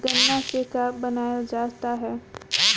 गान्ना से का बनाया जाता है?